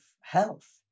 health